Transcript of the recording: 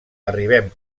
arribem